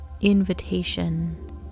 invitation